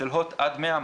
ואצל הוט עד 100,